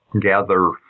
gather